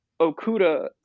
Okuda